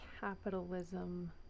capitalism